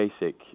basic